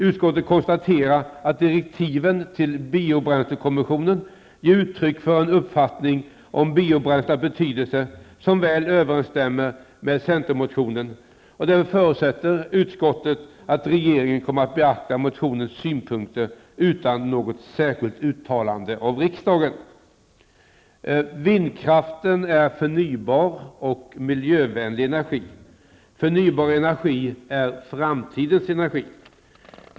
Utskottet konstaterar att direktiven till biobränslekommissionen ger uttryck för en uppfattning om biobränslenas betydelse som väl överensstämmer med den uppfattning som förs fram i centermotionen. Därför förutsätter utskottet att regeringen kommer att beakta de synpunkter som framförs i motionen utan något särskilt uttalande av riksdagen. Vindkraften är förnybar och miljövänlig energi. Förnybar energi är framtidens energi.